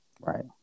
Right